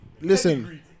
Listen